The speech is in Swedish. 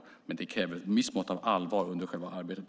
Men det kräver ett visst mått av allvar också under själva arbetet.